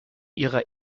ihrer